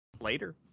Later